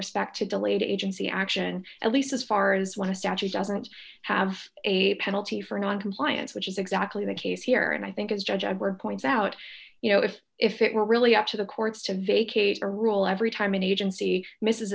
respect to delayed agency action at least as far as what a statute doesn't have a penalty for noncompliance which is exactly the case here and i think as judge edward points out you know if if it were really up to the courts to vacate a rule every time an agency misses